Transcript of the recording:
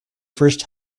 first